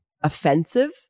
offensive